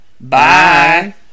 Bye